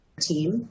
team